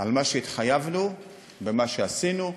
על מה שהתחייבנו ועל מה שעשינו.